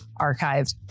archived